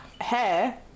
hair